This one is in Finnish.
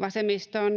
Vasemmiston